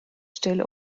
still